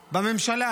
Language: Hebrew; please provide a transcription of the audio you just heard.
בממשלה.